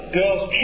girl's